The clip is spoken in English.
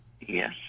Yes